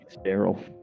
Sterile